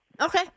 Okay